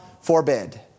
forbid